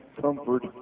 comfort